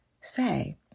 say